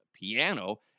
piano